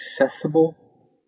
accessible